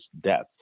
deaths